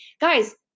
Guys